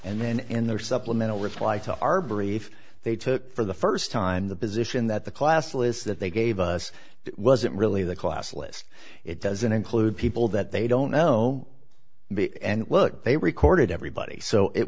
and then and there supplemental reply to our brief they took for the first time the position that the classless that they gave us wasn't really the class list it doesn't include people that they don't know and look they recorded everybody so it